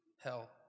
hell